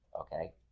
Okay